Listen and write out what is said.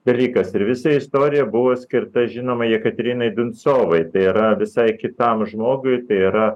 dalykas ir visa istorija buvo skirta žinoma jekaterinai binsovai tai yra visai kitam žmogui tai yra